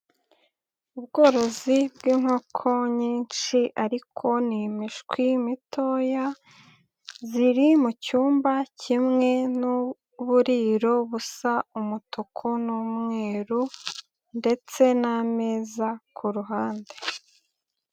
Ubworozi bw'inkoko nyinshi ariko n'imishwi mitoya, ziri mu cyumba kimwe n'uburiro busa umutuku n'umweru, ndetse n'ameza ku ruhande.